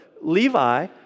Levi